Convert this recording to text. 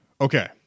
okay